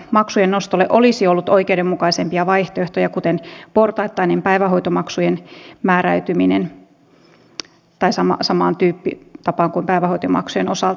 maksujen nostolle olisi ollut oikeudenmukaisempia vaihtoehtoja kuten portaittainen määräytyminen samaan tyyppitapaan kuin päivähoitomaksujen osalta